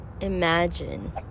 imagine